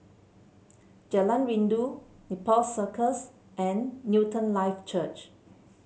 Jalan Rindu Nepal Circus and Newton Life Church